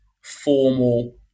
formal